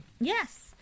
Yes